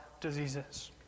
diseases